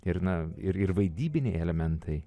ir na ir ir vaidybiniai elementai